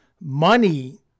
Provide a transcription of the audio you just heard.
money